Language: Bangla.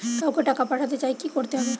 কাউকে টাকা পাঠাতে চাই কি করতে হবে?